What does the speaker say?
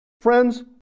Friends